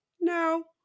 no